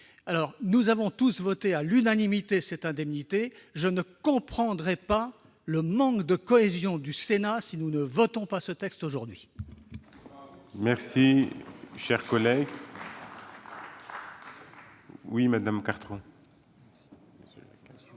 Nous avons tous voté à l'unanimité cette indemnité. Je ne comprendrais pas le manque de cohésion du Sénat si nous n'adoptions pas cet amendement aujourd'hui.